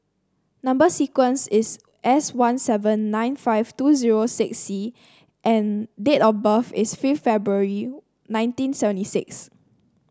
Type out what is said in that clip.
number sequence is S one seven nine five two zero six C and date of birth is fifth February nineteen seventy six